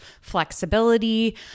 flexibility